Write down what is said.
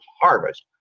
harvest